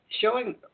Showing